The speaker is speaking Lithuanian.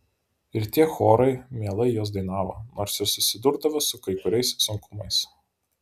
ir tie chorai mielai juos dainavo nors ir susidurdavo su kai kuriais sunkumais